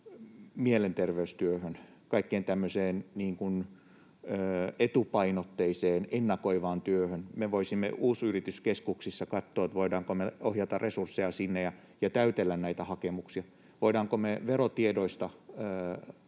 mielenterveystyöhön, kaikkeen tämmöiseen etupainotteiseen, ennakoivaan työhön. Me voisimme katsoa, voidaanko me ohjata resursseja uusyrityskeskuksiin ja täytellä näitä hakemuksia, voidaanko me verotiedoista